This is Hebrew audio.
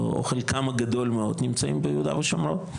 או חלקם הגדול מאוד, נמצאים ביהודה ושומרון.